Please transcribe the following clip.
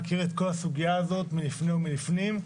מכיר את כל הסוגיה הזאת מלפני ומלפנים.